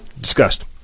discussed